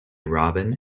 robin